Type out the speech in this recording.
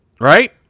Right